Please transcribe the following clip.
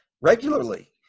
regularly